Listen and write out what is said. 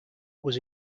was